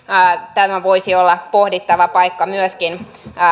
tämä voisi olla pohdittava paikka myöskin